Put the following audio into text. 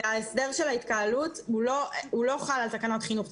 ההסדר של ההתקהלות לא חל על תקנות חינוך.